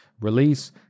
release